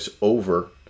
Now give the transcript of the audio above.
over